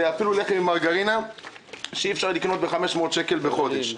ואפילו לחם עם מרגרינה שאי אפשר לקנות ב-500 שקל בחודש.